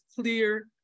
clear